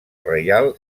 reial